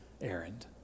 errand